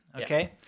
okay